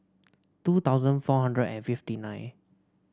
two thousand four hundred and fifty nine